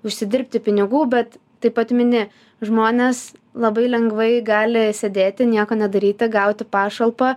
užsidirbti pinigų bet taip pat mini žmonės labai lengvai gali sėdėti nieko nedaryti gauti pašalpą